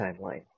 Timeline